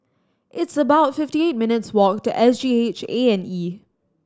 it's about fifty eight minutes' walk to S G H A and E